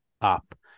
up